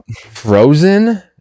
Frozen